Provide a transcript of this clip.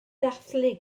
dathlu